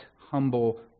humble